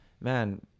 man